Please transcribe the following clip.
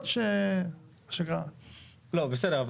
בסדר,